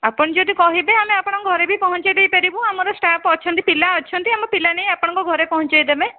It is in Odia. ଆପଣ ଯଦି କହିବେ ଆମେ ଆପଣଙ୍କ ଘରେ ବି ପହଞ୍ଚାଇ ଦେଇପାରିବୁ ଆମର ଷ୍ଟାଫ୍ ଅଛନ୍ତି ପିଲା ଅଛନ୍ତି ଆମ ପିଲା ନେଇ ଆପଣଙ୍କ ଘରେ ପହଞ୍ଚାଇ ଦେବେ